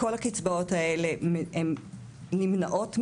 כל הקצבאות האלה נמנעות מהן.